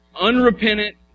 unrepentant